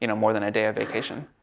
you know more than a day of vacation.